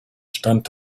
stand